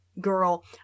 Girl